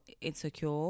insecure